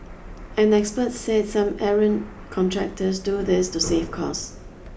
an expert said some errant contractors do this to save costs